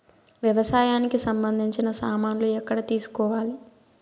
వ్యవసాయానికి సంబంధించిన సామాన్లు ఎక్కడ తీసుకోవాలి?